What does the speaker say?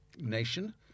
nation